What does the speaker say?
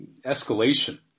escalation